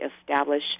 establish